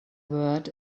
word